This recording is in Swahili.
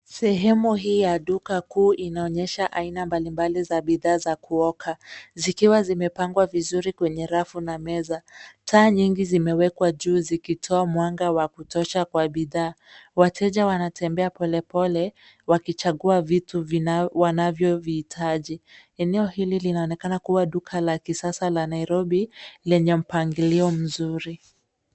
Sehemu hii ya duka kuu inaonyesha aina mbalimbali za bidhaa za kuoka zikiwa zimepangwa vizuri kwenye rafu na meza. Taa nyingi zimewekwa juu zikitoa mwanga wa kutosha kwa bidhaa. Wateja wanatembea polepole wakichagua vitu wanavyovihitaji. Eneo hili linaonekana kuwa duka la kisasa la Nairobi lenye mpangilio mzuri.